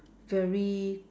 very